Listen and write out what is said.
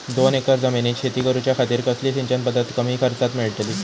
दोन एकर जमिनीत शेती करूच्या खातीर कसली सिंचन पध्दत कमी खर्चात मेलतली?